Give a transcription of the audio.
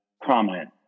prominent